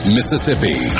Mississippi